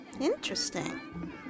Interesting